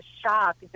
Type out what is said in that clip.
shock